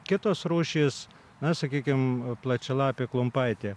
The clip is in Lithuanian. kitos rūšys na sakykim plačialapė klumpaitė